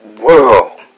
world